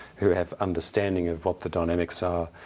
who have understanding of what the dynamics are,